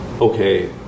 okay